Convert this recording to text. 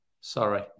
Sorry